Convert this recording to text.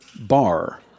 bar